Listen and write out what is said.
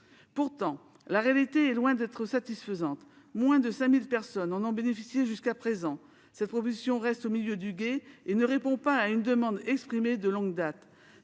cette mesure est loin d'être satisfaisante. Moins de 5 000 personnes en ont bénéficié jusqu'à présent. Cette proposition reste au milieu du gué et ne répond pas à une demande exprimée de longue date